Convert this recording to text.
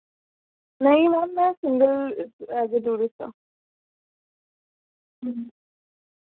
नेईं मैम में single as a tourist आं